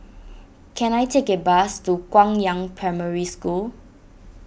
can I take a bus to Guangyang Primary School